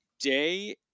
day